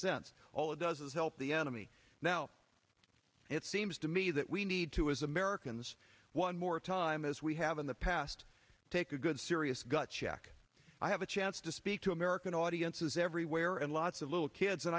sense all it does is help the enemy now it seems to me that we need to as americans one more time as we have in the past take a good serious gut check i have a chance to speak to american audiences everywhere and lots of little kids and